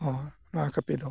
ᱦᱚᱸ ᱱᱚᱣᱟ ᱠᱟᱹᱯᱤ ᱫᱚ